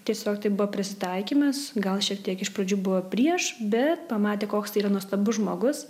tiesiog tai buvo prisitaikymas gal šiek tiek iš pradžių buvo prieš bet pamatė koks tai yra nuostabus žmogus